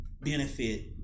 benefit